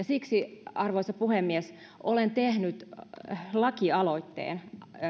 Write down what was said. siksi arvoisa puhemies olen tehnyt lakialoitteen